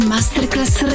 Masterclass